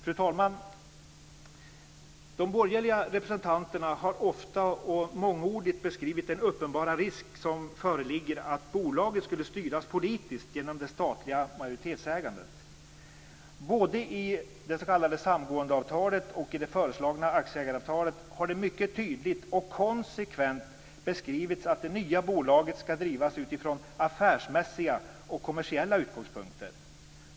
Fru talman! De borgerliga representanterna har ofta och mångordigt beskrivit den uppenbara risk som föreligger att bolaget skulle styras politiskt genom det statliga majoritetsägandet. Både i det s.k. samgåendeavtalet och i det föreslagna aktieägaravtalet har det mycket tydligt och konsekvent beskrivits att det nya bolaget skall drivas utifrån affärsmässiga och kommersiell utgångspunkter.